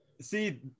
See